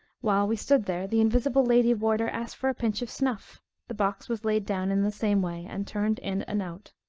while we stood there, the invisible lady-warder asked for a pinch of snuff the box was laid down in the same way, and turned in and out.